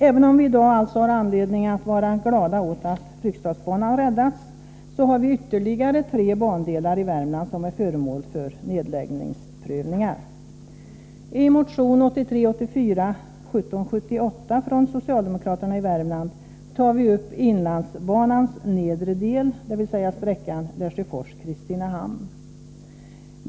Även om vi i dag alltså har anledning att vara glada åt att Fryksdalsbanan har räddats, är ytterligare tre bandelar i Värmland föremål för nedläggningsprövningar. I motion 1983/84:1778 från socialdemokraterna i Värmland tar vi upp inlandsbanans nedre del, dvs. sträckan Lesjöfors Kristinehamn.